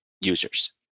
users